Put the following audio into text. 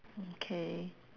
okay